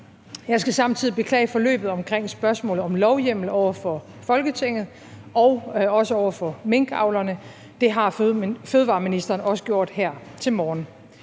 Jeg skal samtidig beklage forløbet omkring spørgsmålet om lovhjemmel over for Folketinget og også over for minkavlerne. Det har fødevareministeren også gjort her til morgen.